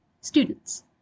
students